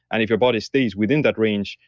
and if your body stays within that range,